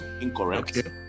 incorrect